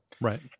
Right